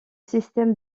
système